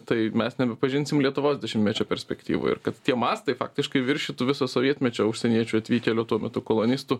tai mes nebepažinsim lietuvos dešimtmečio perspektyvoj ir kad tie mastai faktiškai viršytų visus sovietmečio užsieniečių atvykėlių tuo metu kolonistų